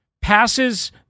passes